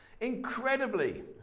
incredibly